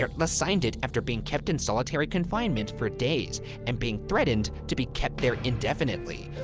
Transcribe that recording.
erla signed it after being kept in solitary confinement for days and being threatened to be kept there indefinitely,